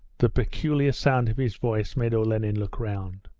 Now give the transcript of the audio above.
the peculiar sound of his voice made olenin look round.